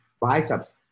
biceps